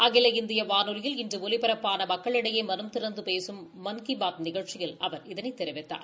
அகில இந்திய வானொலியில் இன்று ஒலிபரப்பான மக்களிடையே மனம் திறந்து பேசும் மன் கி பாத் நிகழ்ச்சியில் அவர் இதனை தெரிவித்தார்